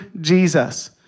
Jesus